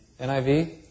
NIV